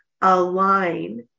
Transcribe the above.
align